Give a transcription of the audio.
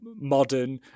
modern